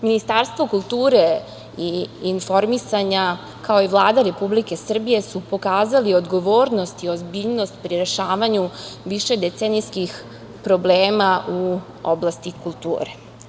Ministarstvo kulture i informisanja, kao i Vlada Republike Srbije su pokazali odgovornost i ozbiljnost pri rešavanju višedecenijskih problema u oblasti kulture.